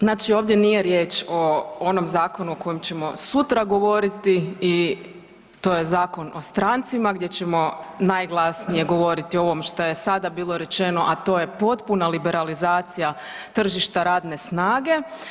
Znači, ovdje nije riječ o onom zakonu o kojem ćemo sutra govoriti i to je Zakon o strancima gdje ćemo najglasnije govoriti o ovom što je sada bilo rečeno, a to je potpuna liberalizacija tržišta radne snage.